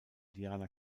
diana